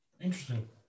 Interesting